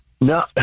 No